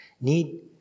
need